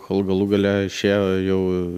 kol galų gale išėjo jau